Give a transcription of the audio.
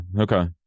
Okay